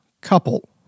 couple